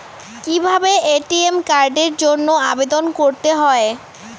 কিভাবে এ.টি.এম কার্ডের জন্য আবেদন করতে হয়?